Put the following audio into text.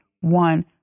one